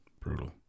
Brutal